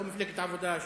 לא מפלגת העבודה שבכנסת,